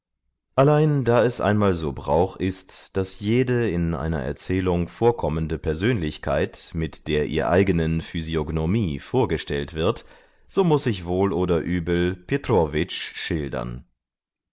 allein da es einmal so brauch ist daß jede in einer erzählung vorkommende persönlichkeit mit der ihr eigenen physiognomie vorgestellt wird so muß ich wohl oder übel petrowitsch schildern